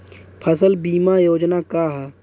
फसल बीमा योजना का ह?